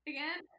Again